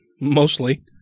mostly